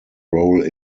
role